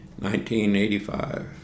1985